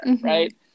Right